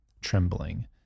trembling